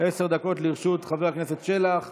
עשר דקות לרשות חבר הכנסת שלח.